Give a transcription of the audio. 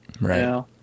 Right